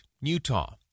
Utah